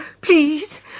Please